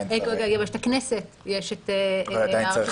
יש את הכנסת, יש את הרשות השופטת.